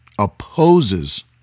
opposes